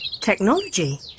Technology